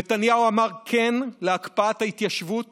נתניהו אמר כן להקפאת ההתיישבות